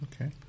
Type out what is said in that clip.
Okay